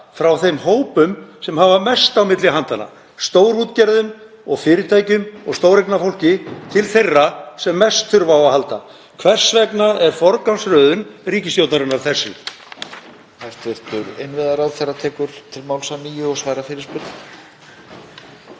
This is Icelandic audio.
frá þeim hópum sem hafa mest á milli handanna, stórútgerðum og fyrirtækjum og stóreignafólki, til þeirra sem mest þurfa á að halda? Hvers vegna er forgangsröðun ríkisstjórnarinnar þessi?